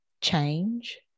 change